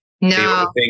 No